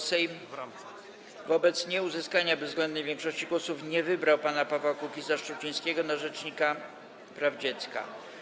Sejm wobec nieuzyskania bezwzględnej większości głosów nie wybrał pana Pawła Kukiza-Szczucińskiego na rzecznika praw dziecka.